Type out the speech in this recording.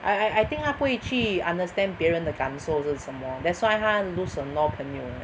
I I I think 她不会去 understand 别人的感受是什么 that's why 她 lose a lot of 朋友